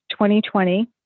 2020